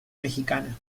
mexicana